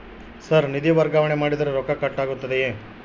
Sir ನಿಧಿ ವರ್ಗಾವಣೆ ಮಾಡಿದರೆ ರೊಕ್ಕ ಕಟ್ ಆಗುತ್ತದೆಯೆ?